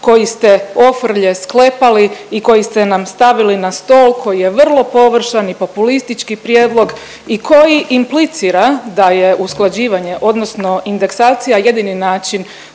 koji ste ofrlje sklepali i koji ste nam stavili na stol koji je vrlo površan i populistički prijedlog i koji implicira da je usklađivanje odnosno indeksacija jedini način